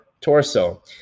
torso